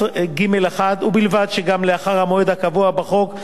ו-(ג)(1) בלבד, גם לאחר המועד הקבוע בחוק.